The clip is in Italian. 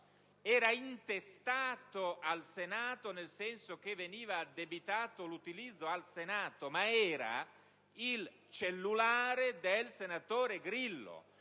era intestata al Senato nel senso che veniva addebitato l'utilizzo al Senato, ma era il cellulare del senatore Grillo.